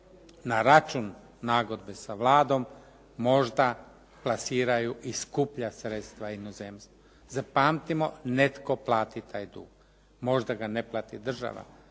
na račun nagodbe sa Vladom možda plasiraju i skuplja sredstva inozemstvu. Zapamtimo, netko plati taj dug. Možda ga ne plati država,